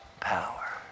power